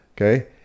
Okay